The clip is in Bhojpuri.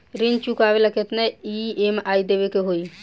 ऋण चुकावेला केतना ई.एम.आई देवेके होई?